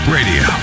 Radio